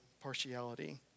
partiality